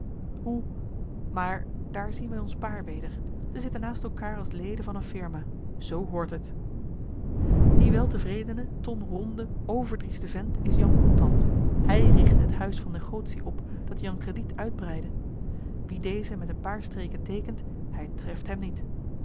hoe maar daar zien wij ons paar weder zij zitten naast elkaêr als leden van eene firma zoo hoort het die weltevredene tonronde overdrieste vent is jan contant hij rigtte het huis van negotie op dat jan crediet uitbreidde wie dezen met een paar streken teekent hij treft hem niet